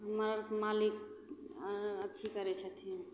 हमर मालिक अथी करै छथिन